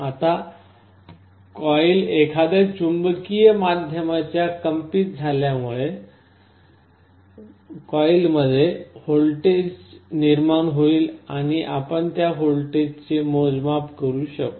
आता कॉइल एखाद्या चुंबकीय माध्यमात कंपित झाल्यामुळे कॉइलमध्ये व्होल्टेज निर्माण होईल आणि आपण त्या व्होल्टेजचे मोज माप करू शकतो